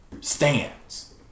stands